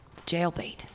jailbait